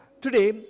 today